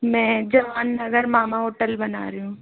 मैं जवान नगर मामा होटल बना रही हूँ